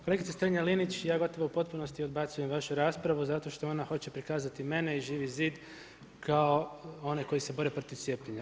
Kolegice Strenja Linić, ja gotovo u potpunosti odbacujem vašu raspravu zato što ona hoće prikazati mene i Živi zid kao one koji se bore protiv cijepljenja.